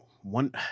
one